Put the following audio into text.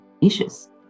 issues